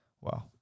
Wow